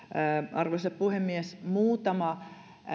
arvoisa puhemies muutama